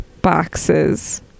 boxes